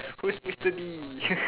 who's mister D